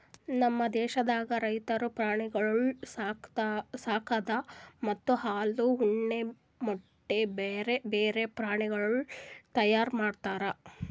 ನಮ್ ದೇಶದಾಗ್ ರೈತುರು ಪ್ರಾಣಿಗೊಳ್ ಸಾಕದ್ ಮತ್ತ ಹಾಲ, ಉಣ್ಣೆ, ಮೊಟ್ಟೆ, ಬ್ಯಾರೆ ಬ್ಯಾರೆ ಪ್ರಾಣಿಗೊಳ್ ತೈಯಾರ್ ಮಾಡ್ತಾರ್